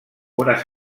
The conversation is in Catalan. unes